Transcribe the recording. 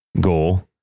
goal